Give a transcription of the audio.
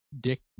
Dick